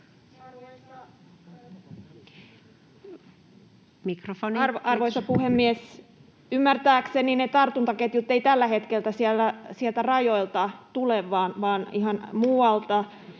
Arvoisa puhemies! Ymmärtääkseni ne tartuntaketjut eivät tällä hetkellä sieltä rajoilta tule vaan ihan muualta.